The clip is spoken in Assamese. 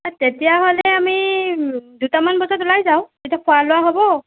অ' তেতিয়াহ'লে আমি দুটামান বজাত ওলাই যাওঁ তেতিয়া খোৱা লোৱা হ'ব